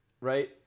right